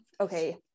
okay